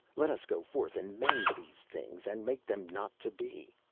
let us go forth and mend these things, and make them not to be.